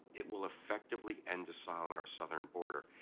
it will effectively end asylum at our southern border.